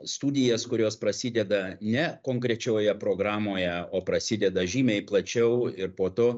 studijas kurios prasideda ne konkrečioje programoje o prasideda žymiai plačiau ir po to